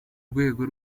rwego